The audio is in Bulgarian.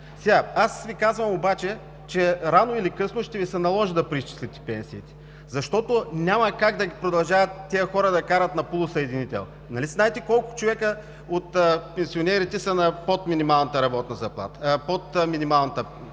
Аз Ви казвам обаче, че рано или късно ще Ви се наложи да преизчислите пенсиите, защото няма как тези хора да продължават да карат на полусъединител. Нали знаете колко човека от пенсионерите са на минималната пенсия? Нали